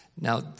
Now